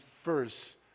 first